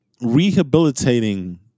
rehabilitating